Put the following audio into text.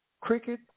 cricket